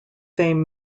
fame